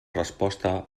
resposta